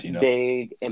big